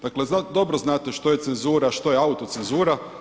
Dakle, dobro znate što je cenzura, što je autocenzura.